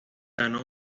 ganó